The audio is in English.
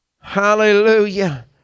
Hallelujah